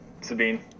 Sabine